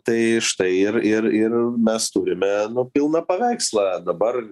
tai štai ir ir ir mes turime pilną paveikslą dabar